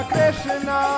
Krishna